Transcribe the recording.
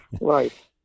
Right